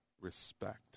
respect